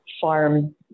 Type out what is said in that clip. farm